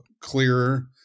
clearer